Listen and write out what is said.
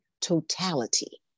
totality